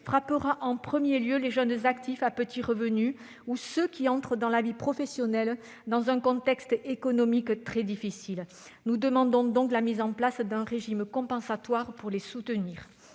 frappera en premier lieu les jeunes actifs à petits revenus ou ceux qui entrent dans la vie professionnelle dans un contexte économique très difficile. Nous demandons donc la mise en place d'un régime compensatoire pour les soutenir.